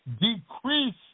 decrease